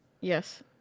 Yes